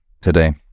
today